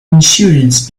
insurance